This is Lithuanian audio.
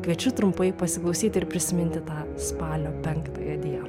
kviečiu trumpai pasiklausyti ir prisiminti tą spalio penktąją dieną